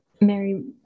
Mary